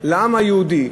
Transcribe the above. העם היהודי,